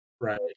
Right